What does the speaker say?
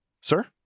Sir